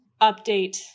update